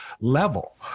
level